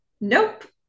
Nope